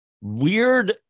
Weird